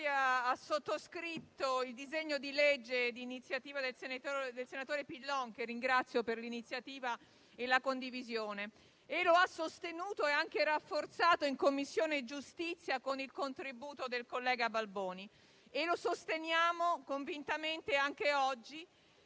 ha sottoscritto il disegno di legge d'iniziativa del senatore Pillon, che ringrazio per l'iniziativa e la condivisione, e lo ha sostenuto e anche rafforzato in Commissione giustizia con il contributo del collega Balboni. Sosteniamo tale provvedimento convintamente anche oggi,